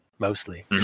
Mostly